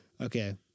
Okay